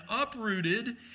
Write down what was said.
uprooted